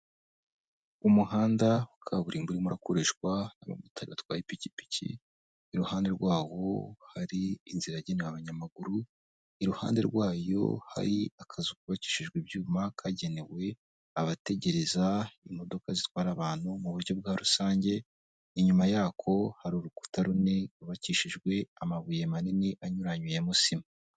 Umuhanda wa kaburimbo urimo urakoreshwa abamotara batwaye ipikipiki iruhande rwawo hari inzira agenewe abanyamaguru iruhande rwayo hari akazu kubakishijwe ibyuma kagenewe abategereza imodoka zitwara abantu mu buryo bwa rusange, inyuma yako hari urukuta rumwe rwubakishijwe amabuye manini anyuranyuyemo sima.